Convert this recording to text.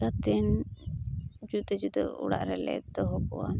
ᱠᱟᱛᱮᱱ ᱡᱩᱫᱟᱹ ᱡᱩᱫᱟᱹ ᱚᱲᱟᱜ ᱨᱮᱞᱮ ᱫᱚᱦᱚ ᱠᱚᱣᱟ